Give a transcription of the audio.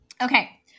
Okay